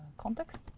context